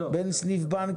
"בין סניף בנק